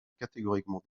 catégoriquement